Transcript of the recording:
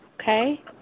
okay